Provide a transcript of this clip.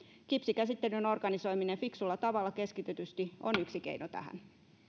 kipsikäsittelyn organisoiminen fiksulla tavalla keskitetysti on yksi keino tähän